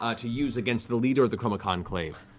ah to use against the leader of the chroma conclave,